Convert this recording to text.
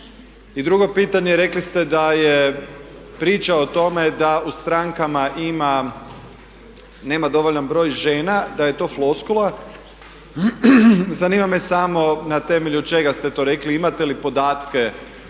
I drugo pitanje, rekli ste da je priča o tome da u strankama ima, nema dovoljan broj žena, da je to floskula. Zanima me samo na temelju čega ste to rekli? Imate li podatke